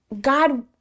God